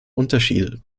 unterschiede